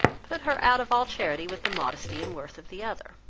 put her out of all charity with the modesty and worth of the other.